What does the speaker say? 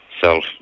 self